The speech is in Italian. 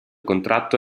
contratto